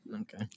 Okay